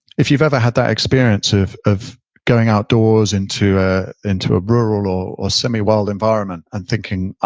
if you've ever had that experience of of going outdoors into ah into a rural or semi-wild environment and thinking, ah,